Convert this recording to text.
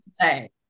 today